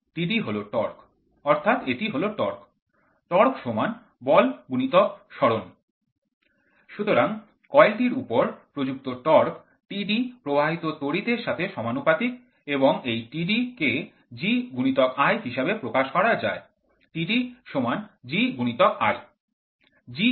Td হল torque অর্থাৎ এটি হল টর্ক টর্ক বল × সরণ সুতরাং কয়েলটির উপর প্রযুক্ত টর্ক Td প্রবাহিত তড়িৎ এর সাথে সমানুপাতিক এবং এই Td কে G×I হিসেবে প্রকাশ করা যায় Td G × I G কি